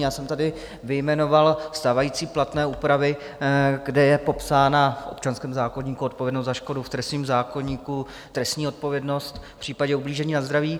Já jsem tady vyjmenoval stávající platné úpravy, kde je popsána v občanském zákoníku odpovědnost za škodu, v trestním zákoníku trestní odpovědnost v případě ublížení na zdraví.